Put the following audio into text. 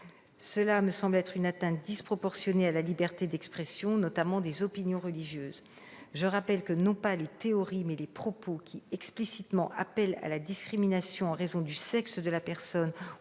Cela me semble une atteinte disproportionnée à la liberté d'expression, notamment des opinions religieuses. Je rappelle que les propos, et non pas les théories, qui appellent explicitement à la discrimination en raison du sexe de la personne